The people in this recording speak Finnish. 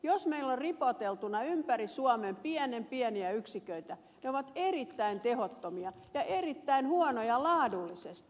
jos meillä on ripoteltuna ympäri suomen pienen pieniä yksiköitä ne ovat erittäin tehottomia ja erittäin huonoja laadullisesti